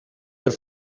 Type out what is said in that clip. had